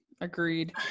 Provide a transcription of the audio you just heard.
agreed